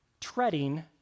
treading